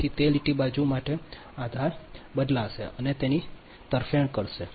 તેથી તે લીટી બાજુ માટે તે આધાર બદલાશે તે તેની તરફેણ કરશે